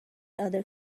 other